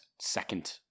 second